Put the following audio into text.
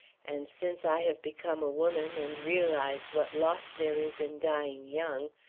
and since i have become a woman and realize what loss there is in dying young,